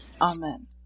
Amen